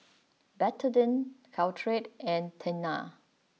Betadine Caltrate and Tena